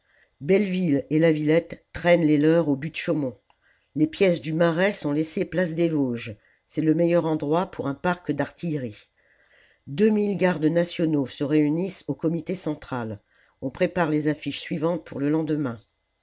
belleville et la villette traînent les leurs aux buttes chaumont les pièces du marais sont laissées place des vosges c'est le meilleur endroit pour un parc d'artillerie deux mille gardes nationaux se réunissent au comité central on prépare les affiches suivantes pour le lendemain